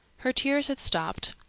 her tears had stopped.